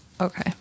Okay